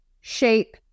shape